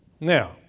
Now